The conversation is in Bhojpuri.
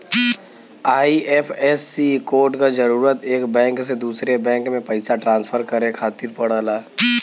आई.एफ.एस.सी कोड क जरूरत एक बैंक से दूसरे बैंक में पइसा ट्रांसफर करे खातिर पड़ला